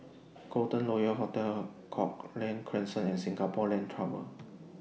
Golden Royal Hotel Cochrane Crescent and Singapore Land Tower